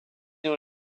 dans